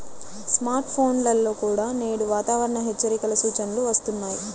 smart ఫోన్లలో కూడా నేడు వాతావరణ హెచ్చరికల సూచనలు వస్తున్నాయి